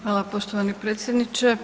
Hvala, poštovani predsjedniče.